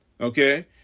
Okay